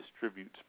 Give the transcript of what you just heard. distributes